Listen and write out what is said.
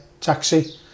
taxi